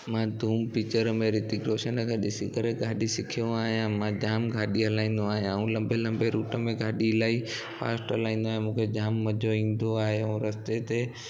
मां धूम पिच्चर में रितिक रोशन खे ॾिसी करे गाॾी सिखियो आहियां मां जाम गाॾी हलाईंदो आहियां लंबे लंबे रूट में गाॾी अलाई फास्ट हलाईंदो आहियां मूंखे जाम मज़ो ईंदो आहे ऐं रस्ते ते